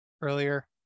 earlier